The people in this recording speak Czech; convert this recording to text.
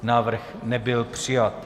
Návrh nebyl přijat.